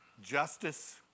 Justice